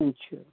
اچھا